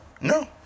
no